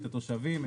את התושבים,